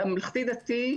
בממלכתי דתי,